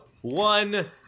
one